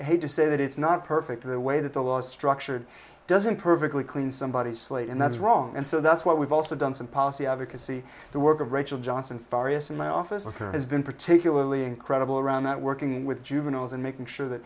hate to say that it's not perfect the way that the law structure doesn't perfectly clean somebody's slate and that's wrong and so that's what we've also done some policy advocacy the work of rachel johnson faurisson my office worker has been particularly incredible around that working with juveniles and making sure th